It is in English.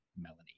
Melanie